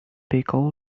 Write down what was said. pickles